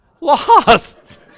Lost